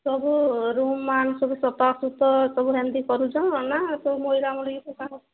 ସବୁ ରୁମ୍ମାନ ସବୁ ସଫା ସୁୁତୁରା ସବୁ ସେମିତି କରୁଛ ନା ସବୁ ମଇଳା ମଳି